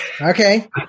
Okay